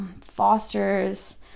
fosters